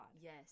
Yes